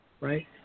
right